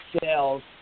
sales